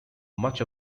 much